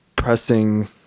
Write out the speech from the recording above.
pressing